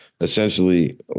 Essentially